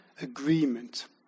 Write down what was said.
agreement